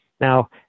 Now